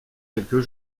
quelques